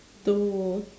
to